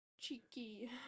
cheeky